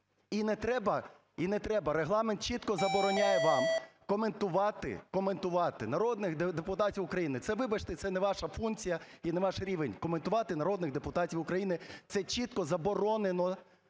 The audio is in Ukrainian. І не треба, Регламент чітко забороняє вам коментувати народних депутатів України, це, вибачте, це не ваша функція і не ваш рівень – коментувати народних депутатів України. Це чітко заборонено